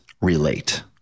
relate